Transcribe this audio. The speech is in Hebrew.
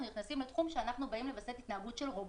נכנסים לתחום שאנחנו באים לווסת התנהגות של רובוט.